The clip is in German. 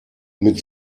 mit